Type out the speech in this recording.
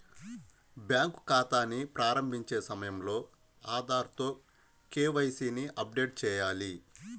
bank ఖాతాని ప్రారంభించే సమయంలో ఆధార్ తో కే.వై.సీ ని అప్డేట్ చేయాలి